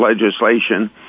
legislation